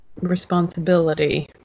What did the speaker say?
responsibility